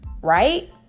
right